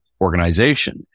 organization